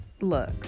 Look